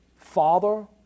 Father